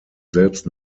selbst